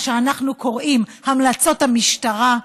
מה שאנחנו קוראים "המלצות המשטרה",